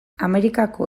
amerikako